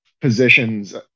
positions